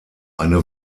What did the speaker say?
eine